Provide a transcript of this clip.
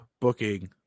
booking